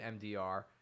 MDR